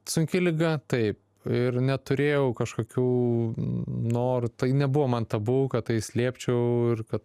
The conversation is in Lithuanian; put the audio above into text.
sunki liga taip ir neturėjau kažkokių norų tai nebuvo man tabu kad tai slėpčiau ir kad